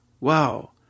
Wow